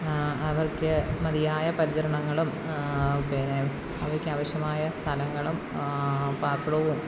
അവയ്ക്ക് മതിയായ പരിചരണങ്ങളും പിന്നെ അവയ്ക്ക് ആവശ്യമായ സ്ഥലങ്ങളും പാർപ്പിടവും